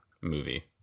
movie